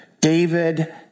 David